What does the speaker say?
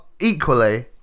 equally